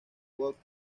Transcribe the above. watts